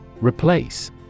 Replace